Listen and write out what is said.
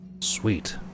Sweet